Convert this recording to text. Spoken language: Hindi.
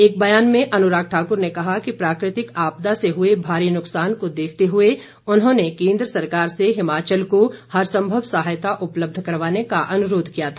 एक बयान में अनुराग ठाकुर ने कहा कि प्राकृतिक आपदा से हुए भारी नुकसान को देखते हुए उन्होंने केन्द्र सरकार से हिमाचल को हरसंभव सहायता उपलब्ध करवाने का अनुरोध किया था